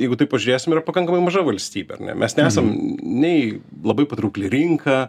jeigu taip pažiūrėsim yra pakankamai maža valstybė ar ne mes nesam nei labai patraukli rinka